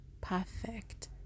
perfect